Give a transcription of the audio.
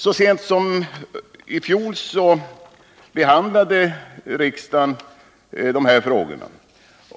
Så sent som i fjol behandlade riksdagen dessa frågor.